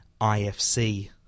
IFC